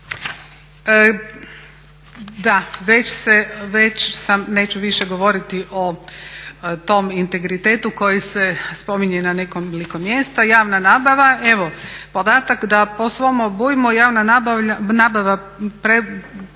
Da, neću više govoriti o tom integritetu koji se spominje na nekoliko mjesta. Javna nabava, evo podatak da po svom obujmu javna nabava predstavlja